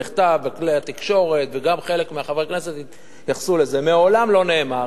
זה נכתב בכלי התקשורת וגם חלק מחברי הכנסת התייחסו לזה: מעולם לא נאמר